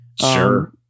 Sure